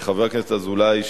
חבר הכנסת אזולאי,